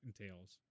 entails